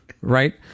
right